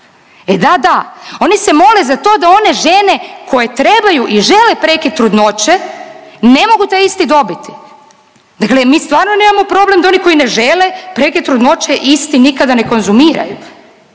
E da, da, oni se mole za to da one žene koje trebaju i žele prekid trudnoće ne mogu taj isti dobiti, dakle mi stvarno nemamo problem da oni koji ne žele prekid trudnoće isti nikada ne konzumiraju,